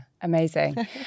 amazing